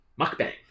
mukbang